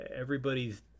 everybody's